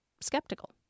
skeptical